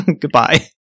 Goodbye